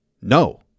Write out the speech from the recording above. no